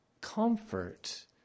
comfort